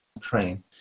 train